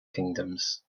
kingdoms